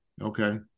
Okay